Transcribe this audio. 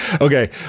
Okay